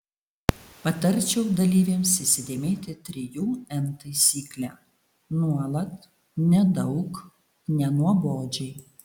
patarčiau dalyvėms įsidėmėti trijų n taisyklę nuolat nedaug nenuobodžiai